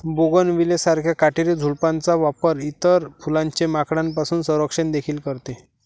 bougainvillea सारख्या काटेरी झुडपांचा वापर इतर फुलांचे माकडांपासून संरक्षण देखील करते